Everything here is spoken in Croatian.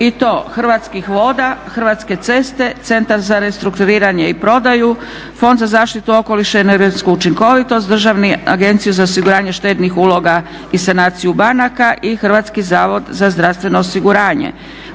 A) Hrvatske vode B) Hrvatske ceste C) Centar za restrukturiranje i prodaju D) Fond za zaštitu okoliša i energetsku učinkovitost E) Državnu agenciju za osiguranje štednih uloga i sanaciju banaka F) Hrvatski zavod za zdravstveno osiguranje